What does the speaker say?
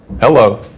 Hello